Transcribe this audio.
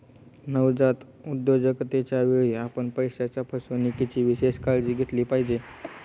नवजात उद्योजकतेच्या वेळी, आपण पैशाच्या फसवणुकीची विशेष काळजी घेतली पाहिजे